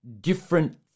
different